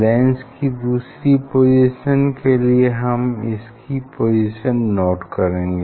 lens की दूसरी position के लिए हम इसकी पोजीशन नोट करेंगे